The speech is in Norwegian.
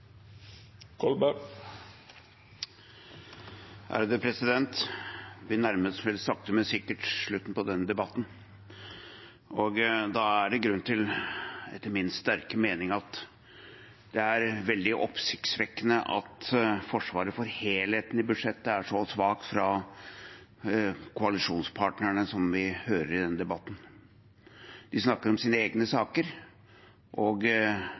Vi nærmer oss vel sakte, men sikkert slutten på denne debatten. Da er det etter min sterke mening veldig oppsiktsvekkende at forsvaret for det helhetlige budsjettet fra koalisjonspartnernes side er så svakt som vi hører i denne debatten. De snakker om sine egne saker, og